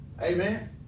Amen